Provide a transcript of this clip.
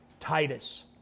Titus